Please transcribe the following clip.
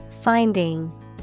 Finding